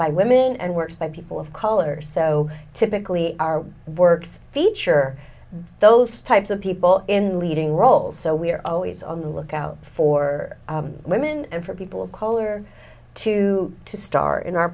by women and works by people of color so typically our works feature those types of people in leading roles so we're always on the lookout for women and for people of color to to star in our